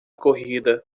corrida